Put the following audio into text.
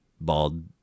bald